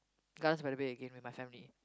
Gardens-by-the-Bay again with my family